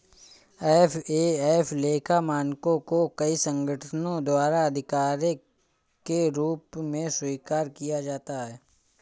FAF लेखा मानकों को कई संगठनों द्वारा आधिकारिक के रूप में स्वीकार किया जाता है